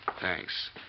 Thanks